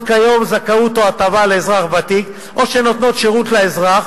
כיום זכאות או הטבה לאזרח ותיק או שנותנות שירות לאזרח